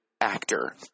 actor